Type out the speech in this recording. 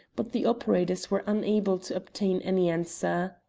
but the operators were unable to obtain any answer.